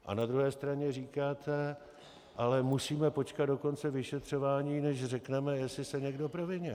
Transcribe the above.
A na druhé straně říkáte: ale musíme počkat do konce vyšetřování, než řekneme, jestli se někdo provinil.